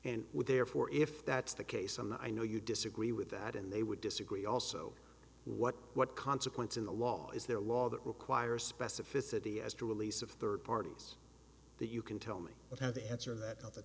and would therefore if that's the case and i know you disagree with that and they would disagree also what what consequence in the law is there law that requires specificity as to release of third parties that you can tell me would have to answer that